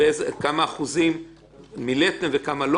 העילות שבהתקיימן התקופות לא יימנו במניין תקופת